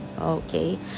Okay